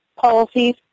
Policies